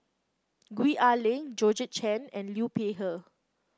Gwee Ah Leng Georgette Chen and Liu Peihe